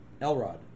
Elrod